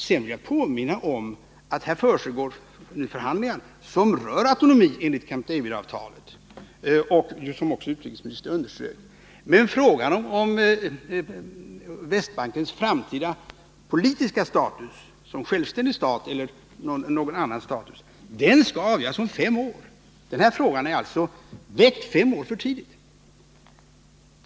Jag vill påminna om att det nu försiggår förhandlingar som rör autonomi enligt Camp David-avtalet, vilket också utrikesministern underströk. Men frågan om Västbankens framtida politiska status, om dess status som självständig stat eller status i någon annan form, skall avgöras om fem år. Den här frågan är alltså väckt fem år för tidigt.